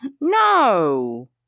No